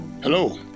Hello